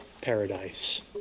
paradise